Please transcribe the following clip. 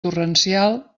torrencial